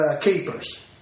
capers